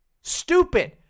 Stupid